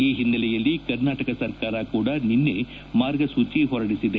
ಈ ಹಿನ್ನೆಲೆಯಲ್ಲಿ ಕರ್ನಾಟಕ ಸರ್ಕಾರ ಕೂಡ ನಿನ್ನೆ ಮಾರ್ಗಸೂಚಿ ಹೊರಡಿದೆ